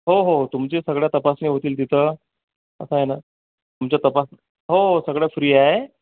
हो हो तुमची सगळ्या तपासण्या होतील तिथं असं आहे ना तुमच्या तपासण्या हो हो सगळं फ्री आहे